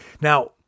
Now